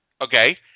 Okay